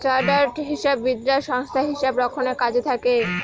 chartered হিসাববিদরা সংস্থায় হিসাব রক্ষণের কাজে থাকে